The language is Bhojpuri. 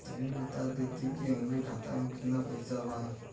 तनि बता देती की हमरे खाता में कितना पैसा बा?